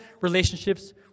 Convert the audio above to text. relationships